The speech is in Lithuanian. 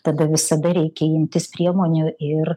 tada visada reikia imtis priemonių ir